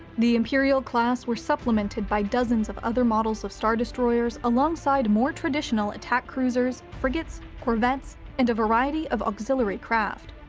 the imperial class were supplemented by dozens of other models of star destroyers alongside more traditional attack cruisers, frigates, corvettes, and a variety of auxiliary craft.